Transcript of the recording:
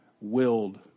willed